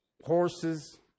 Horses